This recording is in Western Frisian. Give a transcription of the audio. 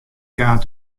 kaart